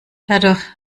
dadurch